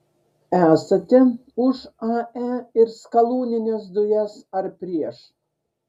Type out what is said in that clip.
esate už ae ir skalūnines dujas ar prieš